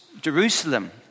Jerusalem